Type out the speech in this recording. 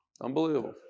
Unbelievable